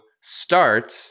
start